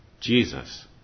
Jesus